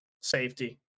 safety